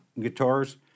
Guitars